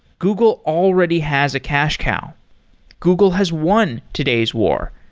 google already has a cache cow google has one today's war,